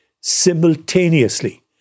simultaneously